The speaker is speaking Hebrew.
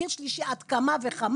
הגיל השלישי על אחת כמה וכמה,